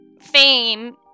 fame